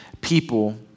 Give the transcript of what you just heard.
people